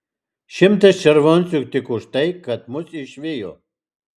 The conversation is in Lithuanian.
šimtas červoncų tik už tai kad mus išvijo